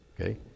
Okay